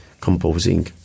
composing